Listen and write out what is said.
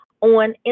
on